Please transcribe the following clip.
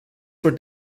for